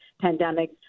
pandemic